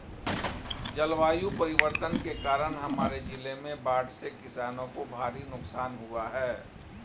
जलवायु परिवर्तन के कारण हमारे जिले में बाढ़ से किसानों को भारी नुकसान हुआ है